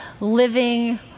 living